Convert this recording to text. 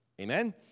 Amen